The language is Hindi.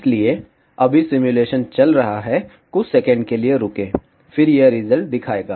इसलिए अभी सिमुलेशन चल रहा है कुछ सेकंड के लिए रुके फिर यह रिजल्ट दिखाएगा